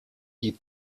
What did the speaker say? die